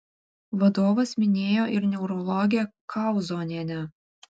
vadovas minėjo ir neurologę kauzonienę